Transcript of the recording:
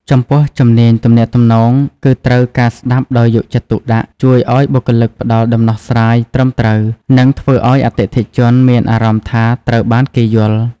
ចំពោះ ជំនាញទំនាក់ទំនង គឺត្រូវការស្ដាប់ដោយយកចិត្តទុកដាក់ជួយឱ្យបុគ្គលិកផ្ដល់ដំណោះស្រាយត្រឹមត្រូវ និងធ្វើឱ្យអតិថិជនមានអារម្មណ៍ថាត្រូវបានគេយល់។